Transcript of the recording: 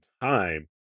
time